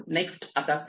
next आता self